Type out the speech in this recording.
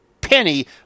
Penny